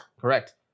Correct